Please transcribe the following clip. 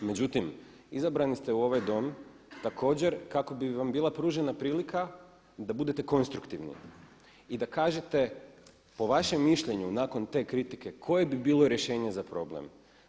Međutim, izabrani ste u ovaj dom također kako bi vam bila pružena prilika da budete konstruktivni i da kažete po vašem mišljenju nakon te kritike koje bi bilo rješenje za problem?